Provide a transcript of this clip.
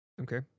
Okay